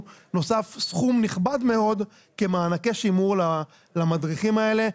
שנוסף סכום נכבד מאוד כמענקי שימור למדריכים האלה,